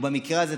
ובמקרה הזה,